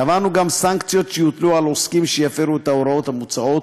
קבענו גם סנקציות שיוטלו על עוסקים שיפרו את ההוראות המוצעות,